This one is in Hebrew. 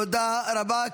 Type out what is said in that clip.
תודה רבה.